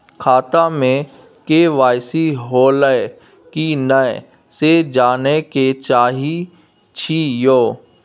खाता में के.वाई.सी होलै की नय से जानय के चाहेछि यो?